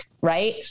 right